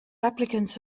applicants